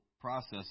process